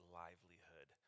livelihood